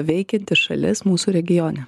veikianti šalis mūsų regione